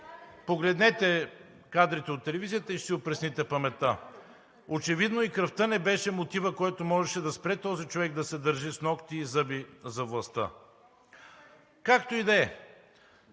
Погледнете кадрите от телевизията и ще си опресните паметта. Очевидно и кръвта не беше мотивът, който можеше да спре този човек да се държи с нокти и зъби за властта. Както и да е.